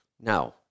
Now